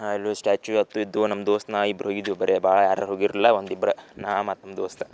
ಅಲ್ಲಿ ಸ್ಟ್ಯಾಚ್ಯೂ ಅತ್ತು ಇದ್ವು ನಮ್ಮ ದೋಸ್ತ ನಾ ಇಬ್ಬರು ಹೋಗಿದ್ವು ಬರೇ ಭಾಳ ಯಾರ್ಯಾರು ಹೋಗಿರಲಿಲ್ಲ ಒಂದು ಇಬ್ರು ನಾ ಮತ್ತೆ ನನ್ನ ದೋಸ್ತ